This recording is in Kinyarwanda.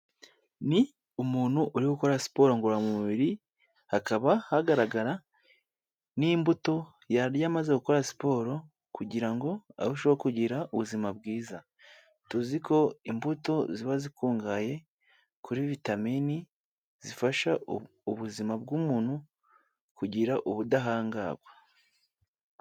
Ni umuntu uriho uri gukora siporo ngororamubiri, hakaba hagaragara n'imbuto yarya amaze gukora siporo kugira ngo arusheho kugira ubuzima bwiza. Tuzi ko imbuto ziba zikungahaye kuri vitamin zifasha ubuzima bw'umuntu kugira ubudahangarwa.